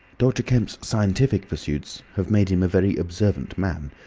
dr. kemp's scientific pursuits have made him a very observant man,